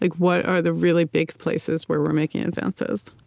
like what are the really big places where we're making advances?